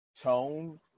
tone